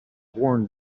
worn